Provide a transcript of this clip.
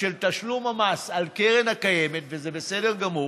של תשלום המס על הקרן הקיימת, וזה בסדר גמור,